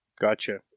Gotcha